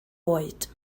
oed